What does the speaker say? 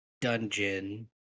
dungeon